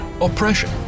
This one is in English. oppression